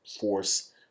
force